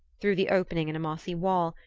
through the opening in a mossy wall,